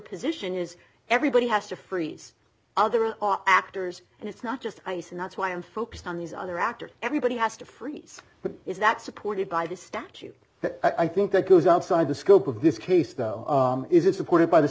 position is everybody has to freeze other actors and it's not just ice and that's why i'm focused on these other actors everybody has to freeze but is that supported by the statute that i think that goes outside the scope of this case though is it supported by the